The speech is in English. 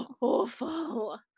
awful